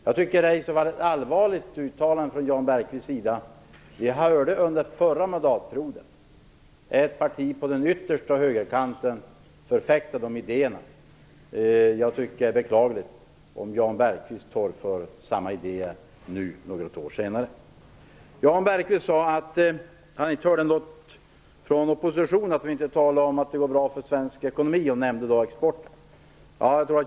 Jag tycker i så fall att detta uttalande från Jan Bergqvist är allvarligt. Vi hörde under den förra mandatperioden ett parti på den yttersta högerkanten förfäkta dessa idéer. Jag tycker att det är beklagligt om Jan Bergqvist nu något år senare torgför samma idéer. Jan Bergqvist sade att han inte hör något från oppositionen om att det går bra för svensk ekonomi, och han nämnde därvid exporten.